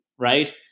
right